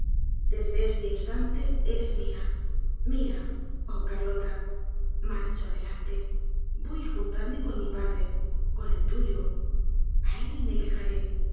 desde este instante eres mia mia oh carlota marcho delante voy á juntarme con mi padre con el tuyo á él me quejaré